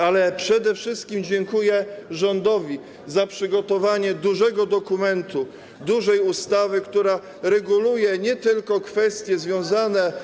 Ale przede wszystkim dziękuję rządowi za przygotowanie dużego dokumentu, dużej ustawy, która reguluje nie tylko kwestie związane